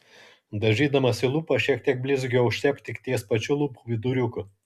dažydamasi lūpas šiek tiek blizgio užtepk tik ties pačiu lūpų viduriuku